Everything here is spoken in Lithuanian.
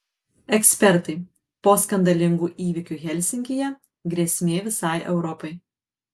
ekspertai po skandalingų įvykių helsinkyje grėsmė visai europai